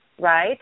right